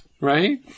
right